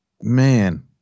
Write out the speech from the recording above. Man